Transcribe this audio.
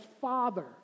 Father